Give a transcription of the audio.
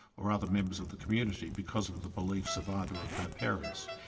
or other members of the community because of the beliefs of either of her parents'.